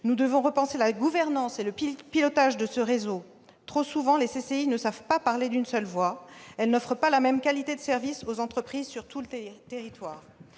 Nous devons repenser la gouvernance et le pilotage de ce réseau. Trop souvent, les CCI ne savent pas parler d'une seule voix, elles n'offrent pas la même qualité de service aux entreprises sur tout le territoire.